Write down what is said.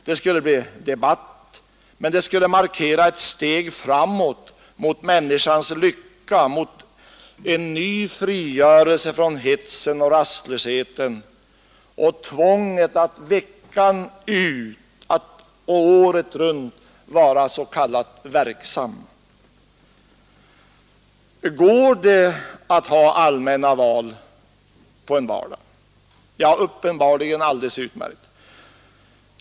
Det skulle bli debatt, men det skulle markera ett steg framåt mot människans lycka, mot en ny frigörelse från hetsen och rastlösheten och tvånget att veckan ut och året runt vara s.k. verksam. Går det att ha allmänna val på en vardag? Ja, uppenbarligen alldeles utmärkt.